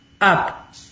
up